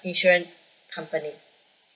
insurance company